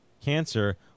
cancer